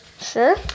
Sure